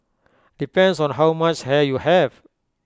depends on how much hair you have